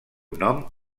nom